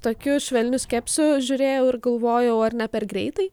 tokiu švelniu skepsiu žiūrėjau ir galvojau ar ne per greitai